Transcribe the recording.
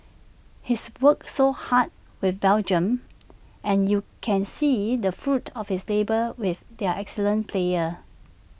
he's worked so much with Belgium and you can see the fruits of his labour with their excellent players